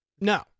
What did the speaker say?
no